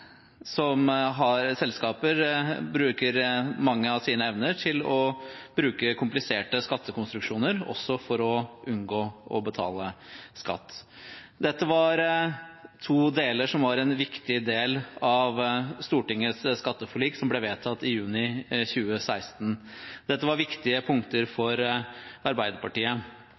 bruker mange av sine evner til å bruke kompliserte selskapskonstruksjoner også for å unngå å betale skatt. Dette var to deler som var viktige i Stortingets skatteforlik, som ble vedtatt i juni 2016. Dette var viktige punkter for Arbeiderpartiet.